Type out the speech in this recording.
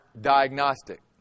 diagnostic